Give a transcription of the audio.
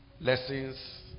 lessons